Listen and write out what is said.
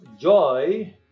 joy